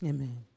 Amen